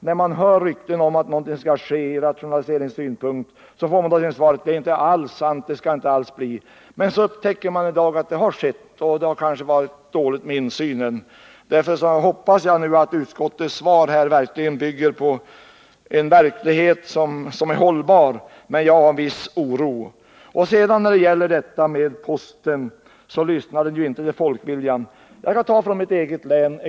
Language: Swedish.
När man hör rykten om att någonting skall ske i rationaliseringshänseende och påpekar detta får man ofta till svar att det inte alls är sant; någonting sådant skall inte ske. Men så upptäcker man en dag att det har skett — det har varit dåligt med insynen. Därför hoppas jag att vad utskottet säger bygger på verkligheten och är hållbart, men jag hyser en viss oro. När det gäller posten lyssnar vi inte till folkviljan. Jag kan ta exempel från mitt eget län.